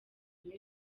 gusa